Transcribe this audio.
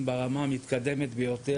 אם אני מקדם בין לאומיות,